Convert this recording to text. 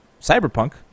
Cyberpunk